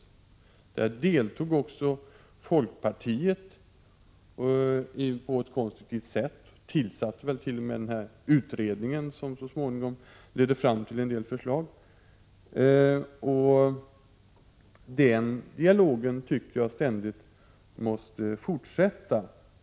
I den diskussionen deltog också folkpartiet på ett konstruktivt sätt och tillsatte den utredning som så småningom ledde fram till en del förslag. Den dialogen måste hela tiden fortsätta.